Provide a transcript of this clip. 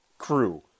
crew